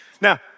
Now